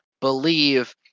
believe